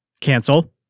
Cancel